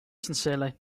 sincerely